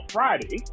Friday